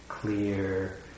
clear